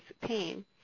pain